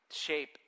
Shape